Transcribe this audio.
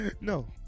No